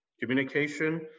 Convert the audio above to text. Communication